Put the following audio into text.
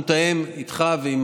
נעשה את זה פשוט: אנחנו נתאם איתך ועם